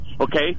Okay